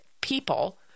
people